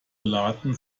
beladen